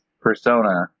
Persona